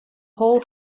whole